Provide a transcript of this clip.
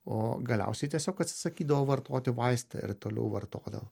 o galiausiai tiesiog atsisakydavo vartoti vaistą ir toliau vartodavo